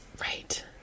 Right